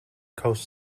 coast